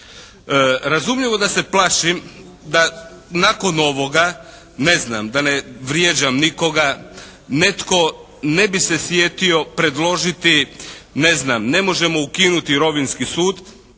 Razumljivo da se plašim da nakon ovoga, ne znam da ne vrijeđam nikoga netko ne bi se sjetio predložio. Ne znam, ne možemo ukinuti rovinjski sud